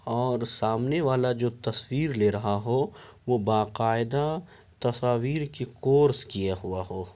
اور سامنے والا جو تصویر لے رہا ہو وہ باقاعدہ تصاویر کے کورس کیا ہوا ہو